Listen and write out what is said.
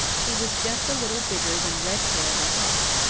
he was just a little bigger than redtail the hawk.